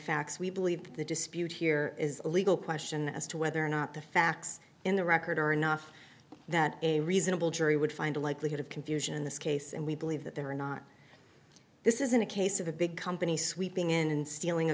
facts we believe the dispute here is a legal question as to whether or not the facts in the record are enough that a reasonable jury would find a likelihood of confusion in this case and we believe that there are not this isn't a case of a big company sweeping in stealing a